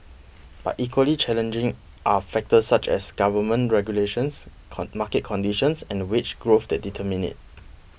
but equally challenging are factors such as government regulations con market conditions and wage growth that determine it